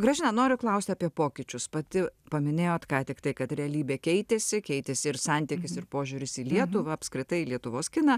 graži nenoriu klausti apie pokyčius pati paminėjote ką tik tai kad realybė keitėsi keitėsi ir santykis ir požiūris į lietuvą apskritai lietuvos kiną